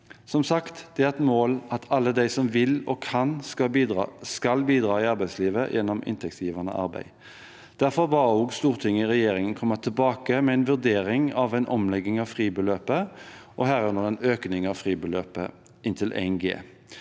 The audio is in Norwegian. Som sagt: Det er et mål at alle de som vil og kan, skal bidra i arbeidslivet gjennom inntektsgivende arbeid. Derfor ba også Stortinget regjeringen komme tilbake med en vurdering av en omlegging av fribeløpet, herunder en økning av fribeløpet inntil 1 G.